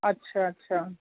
अच्छा अच्छा